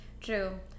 True